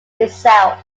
itself